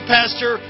Pastor